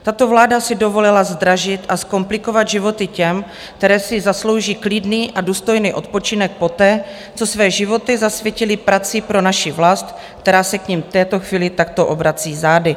Tato vláda si dovolila zdražit a zkomplikovat životy těm, kteří si zaslouží klidný a důstojný odpočinek poté, co své životy zasvětili práci pro naši vlast, která se k nim v této chvíli takto obrací zády.